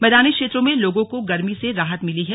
मैदानी क्षेत्रों में लोगों को गर्मी से राहत मिली है